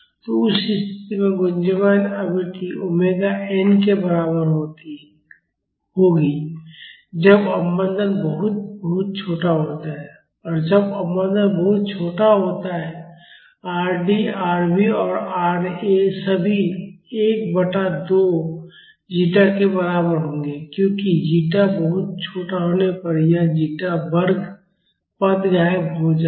तो उस स्थिति में गुंजयमान आवृत्ति ओमेगा n के बराबर होगी जब अवमंदन बहुत बहुत छोटा होता है और जब अवमंदन बहुत छोटा होता है Rd Rv और Ra ये सभी 1 बटा 2 जीटा के बराबर होंगे क्योंकि जीटा बहुत छोटा होने पर यह जीटा वर्ग पद गायब हो जाएगा